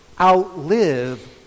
outlive